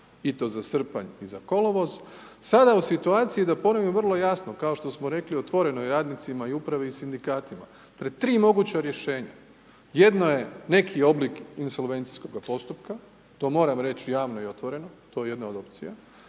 i to za srpanj i za kolovoz, sada u situaciji, da ponovim vrlo jasno, kao što smo rekli, otvoreno i radnicima i upravi i sindikatima, pred tri moguća rješenja. Jedno je neki oblik insolvencijskoga postupka, to moram reći javno i otvoreno, to je jedna od opcija.